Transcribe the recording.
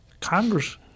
Congress